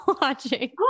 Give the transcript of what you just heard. watching